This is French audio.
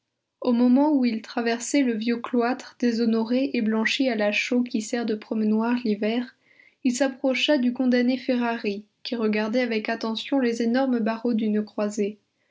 au moment où il traversait le vieux cloître déshonoré et blanchi à la chaux qui sert de promenoir l'hiver il s'approcha du condamné ferrari qui regardait avec attention les énormes barreaux d'une croisée